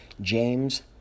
James